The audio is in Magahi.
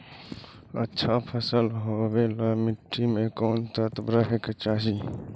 अच्छा फसल होबे ल मट्टी में कोन कोन तत्त्व रहे के चाही?